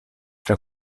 tra